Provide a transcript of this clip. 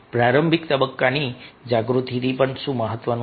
પ્રારંભિક તબક્કાની જાગૃતિથી પણ શું મહત્વનું છે